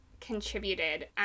contributed